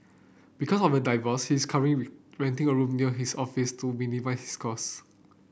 because of the divorce his current renting a room near his office to minimize his cost